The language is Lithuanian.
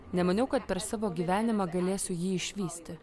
nemaniau kad per savo gyvenimą galėsiu jį išvysti